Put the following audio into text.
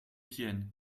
tiennes